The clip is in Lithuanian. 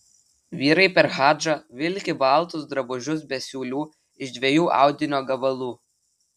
vyrai per hadžą vilki baltus drabužius be siūlių iš dviejų audinio gabalų